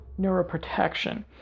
neuroprotection